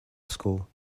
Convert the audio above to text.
school